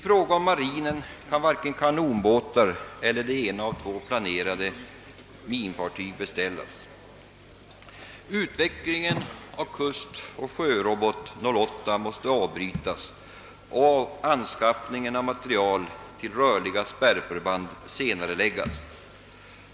För marinens del kan varken kanonbåtar eller det ena av de två planerade minfartygen beställas. Utvecklingen av kustoch sjörobot 08 måste avbrytas och anskaffningen av materiel till rörliga spärrförband senareläggas.